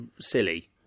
silly